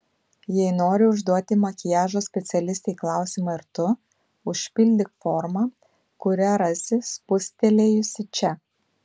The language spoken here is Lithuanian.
jei nori užduoti makiažo specialistei klausimą ir tu užpildyk formą kurią rasi spustelėjusi čia